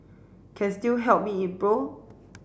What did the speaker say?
can still help me in pro